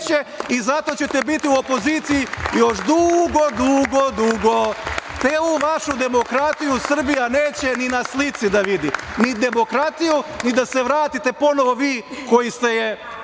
i zato ćete biti u opoziciji još dugo, dugo, dugo. Te ovu vašu demokratiju Srbija neće ni na slici da vidi, ni demokratiju, ni da se vratite ponovo vi koji ste je